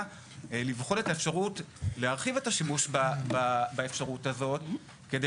לבחון את האפשרות להרחיב את השימוש באפשרות הזאת כדי